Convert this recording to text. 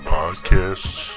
podcasts